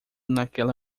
naquela